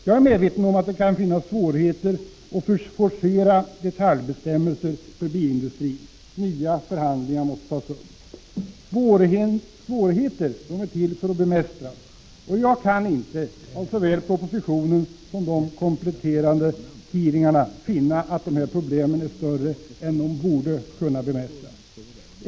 Jag är medveten om att det kan finnas svårigheter att forcera fram detaljbestämmelser för bilindustrin. Nya förhandlingar måste tas upp. Svårigheter är till för att bemästras, och jag kan inte vare sig av propositionen eller av de kompletterande hearingarna finna att problemen är större än att de borde kunna bemästras.